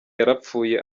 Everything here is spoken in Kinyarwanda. yarapfuye